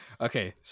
Okay